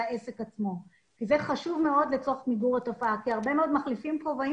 העסק עצמו כי זה חשוב מאוד במיגור התופעה כי הרבה מאוד מחליפים כובעים